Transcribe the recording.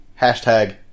Hashtag